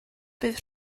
bydd